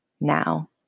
now